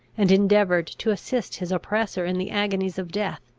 and endeavoured to assist his oppressor in the agonies of death.